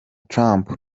trump